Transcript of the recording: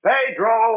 Pedro